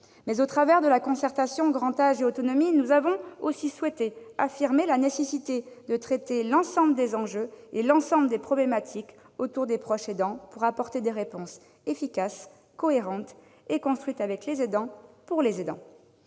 Mais, au travers de la concertation « grand âge et autonomie », nous avons aussi souhaité affirmer la nécessité de traiter l'ensemble des enjeux et des problématiques concernant les proches aidants, pour apporter des réponses efficaces, cohérentes et construites avec les aidants, pour les aidants.